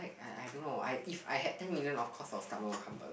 I I don't know I if I had ten million of course I will start will start one company